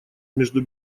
между